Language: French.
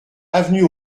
avenue